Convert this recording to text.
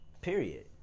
period